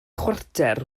chwarter